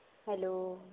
hello